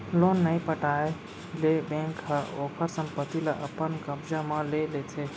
loan नइ पटाए ले बेंक ह ओखर संपत्ति ल अपन कब्जा म ले लेथे